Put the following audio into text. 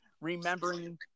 remembering